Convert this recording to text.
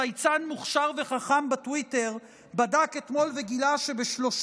צייצן מוכשר וחכם בטוויטר בדק אתמול וגילה שב-30